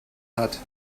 hat